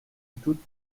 toutes